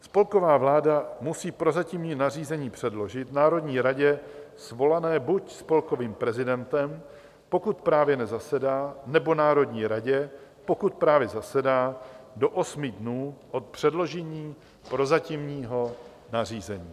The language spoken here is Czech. Spolková vláda musí prozatímní nařízení předložit Národní radě svolané buď spolkovým prezidentem, pokud právě nezasedá, nebo národní radě, pokud právě zasedá, do osmi dnů od předložení prozatímního nařízení.